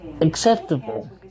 acceptable